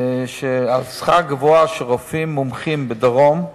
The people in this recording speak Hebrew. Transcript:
על שכר גבוה של רופאים מומחים בדרום,